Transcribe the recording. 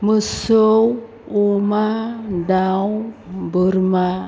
मोसौ अमा दाउ बोरमा